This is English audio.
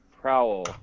Prowl